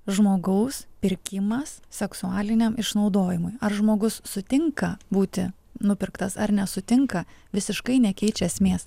žmogaus pirkimas seksualiniam išnaudojimui ar žmogus sutinka būti nupirktas ar nesutinka visiškai nekeičia esmės